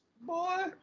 Boy